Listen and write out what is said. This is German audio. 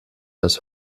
das